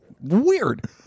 Weird